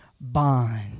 Bond